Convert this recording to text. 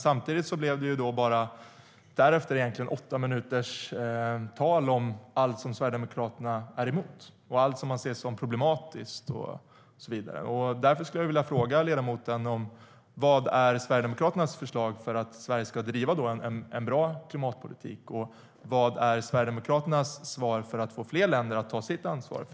Samtidigt blev det därefter bara åtta minuters tal om allt som Sverigedemokraterna är emot och allt som man ser som problematiskt. Därför skulle jag vilja fråga ledamoten om vad som är Sverigedemokraternas förslag för att Sverige ska driva en bra klimatpolitik. Vad är Sverigedemokraternas svar för att få fler länder att ta sitt ansvar?